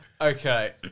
Okay